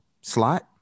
slot